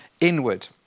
inward